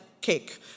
cake